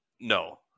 No